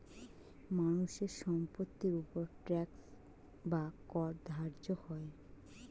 মানুষের সম্পত্তির উপর ট্যাক্স বা কর ধার্য হয়